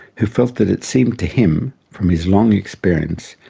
who felt that it seemed to him, from his long experience,